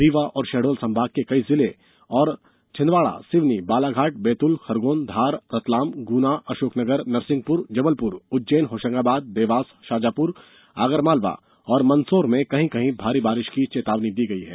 रीवा और शहडोल संभाग के कई जिलों में और छिंदवाड़ा सिवनी बालाघाट बैतूल खरगोन धार रतलाम गुना अशोकनगर नरसिंहपुर जबलपुर उज्जैन होशंगाबाद देवास शाजापुर आगरमालवा और मंदसौर में कहीं कहीं भारी बारिश की चेतावनी दी है